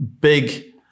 big